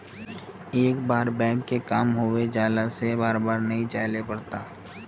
एक बार बैंक के काम होबे जाला से बार बार नहीं जाइले पड़ता?